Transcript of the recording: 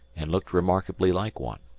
and looked remarkably like one.